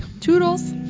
Toodles